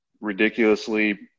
ridiculously